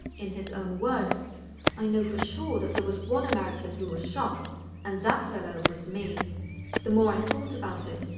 in his own words i know for sure there was one american who was shocked and that fellow was me the more i thought about it,